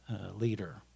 leader